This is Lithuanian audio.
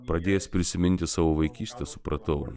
pradėjęs prisiminti savo vaikystę supratau